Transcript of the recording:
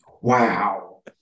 Wow